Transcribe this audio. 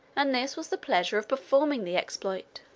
and this was the pleasure of performing the exploit.